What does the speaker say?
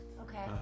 Okay